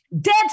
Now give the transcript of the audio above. dead